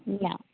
ഇല്ല